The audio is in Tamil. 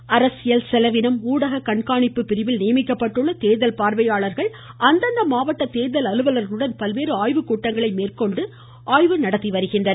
இதனிடையே அரசியல் செலவினம் ஊடக கண்காணிப்பு பிரிவில் நியமிக்கப்பட்டுள்ள தேர்தல் பார்வையாளர்கள் அந்தந்த மாவட்ட தேர்தல் அலுவலர்களுடன் பல்வேறு ஆய்வுக் கூட்டங்களை மேற்கொண்டு வருகின்றனர்